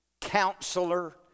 Counselor